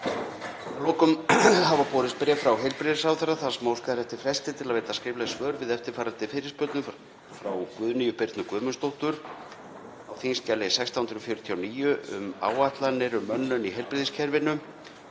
lokum hafa borist bréf frá heilbrigðisráðherra þar sem óskað er eftir fresti til þess að veita skrifleg svör við eftirfarandi fyrirspurnum; frá Guðnýju Birnu Guðmundsdóttur á þskj. 1649, um áætlanir um mönnun í heilbrigðiskerfinu,